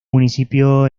municipio